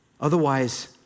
Otherwise